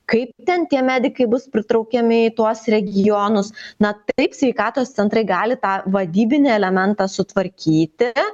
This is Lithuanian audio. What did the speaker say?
kaip ten tie medikai bus pritraukiami į tuos regionus na taip sveikatos centrai gali tą vadybinį elementą sutvarkyti